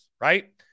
right